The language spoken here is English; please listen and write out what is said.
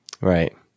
right